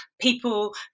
people